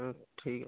ଆଁ ଠିକ୍ ଅଛି ସାର୍